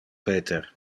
peter